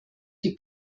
die